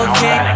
Okay